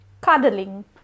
cuddling